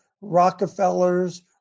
Rockefellers